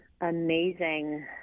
amazing